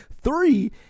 Three